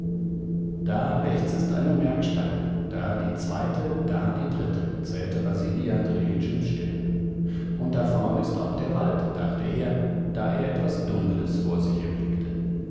da rechts ist eine merkstange da die zweite da die dritte zählte wasili andrejitsch im stillen und da vorn ist auch der wald dachte er da er etwas dunkles vor sich erblickte